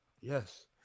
Yes